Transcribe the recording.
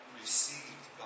received